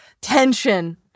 Tension